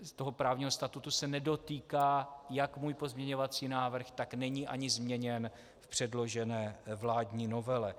Tohoto právního statutu se nedotýká jak můj pozměňovací návrh, tak není ani změněn v předložené vládní novele.